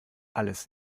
alles